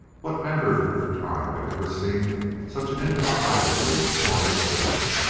what member of the tribe had ever seen such an indescribably glorious thing?